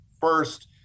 first